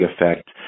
effect